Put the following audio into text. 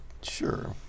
sure